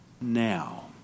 now